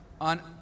on